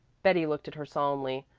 betty looked at her solemnly.